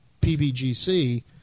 PBGC